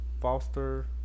foster